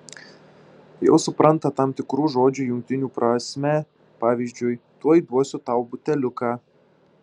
jau supranta tam tikrų žodžių jungtinių prasmę pavyzdžiui tuoj duosiu tau buteliuką